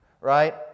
right